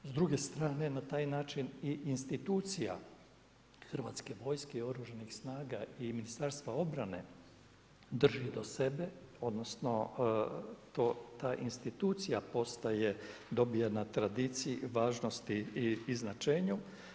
S druge strane, na taj način i institucija Hrvatske vojske i Oružanih snaga i Ministarstva obrane drži do sebe odnosno ta institucija postaje, dobije na tradiciji važnosti i značenje.